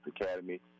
Academy